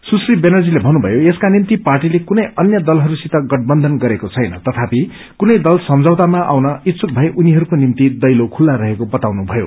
सुश्री व्यानर्जीले भन्नुभयो यसका निम्ति पार्टीले कुनै अन्य दलहरू सित गठबन्धन गरेको छैन तथापि कुनै दल सम्झौतामा आउन इच्छुक भए उनीहरूको निम्ति रैलो चखुल्ला रहेको बताउनु भयो